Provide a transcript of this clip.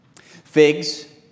Figs